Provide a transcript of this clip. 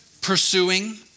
Pursuing